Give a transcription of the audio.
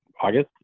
August